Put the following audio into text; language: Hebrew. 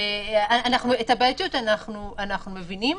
את הבעייתיות אנחנו מבינים.